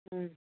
ꯎꯝ